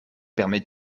permets